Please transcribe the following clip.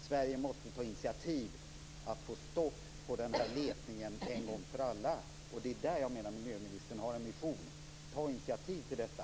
Sverige måste ta initiativ till att få stopp på det här letandet en gång för alla. Det är där jag menar att miljöministern har en mission. Ta initiativ till detta!